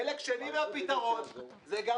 אני אומר עוד דבר אחד: חלק שני לפתרון הוא פיקוח,